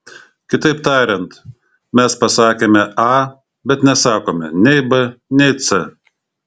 kitaip tariant mes pasakėme a bet nesakome nei b nei c